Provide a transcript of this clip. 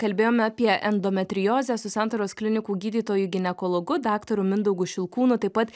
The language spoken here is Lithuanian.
kalbėjome apie endometriozę su santaros klinikų gydytoju ginekologu daktaru mindaugu šilkūnu taip pat